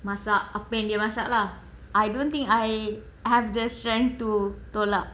masak apa yang dia masak lah I don't think I have the strength to tolak